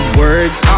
words